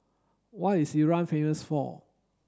what is Iran famous for